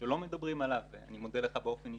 שלא מדברים עליו ואני מודה לך באופן אישי,